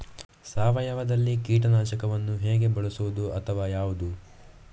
ಸಾವಯವದಲ್ಲಿ ಕೀಟನಾಶಕವನ್ನು ಹೇಗೆ ಬಳಸುವುದು ಅಥವಾ ಯಾವುದು?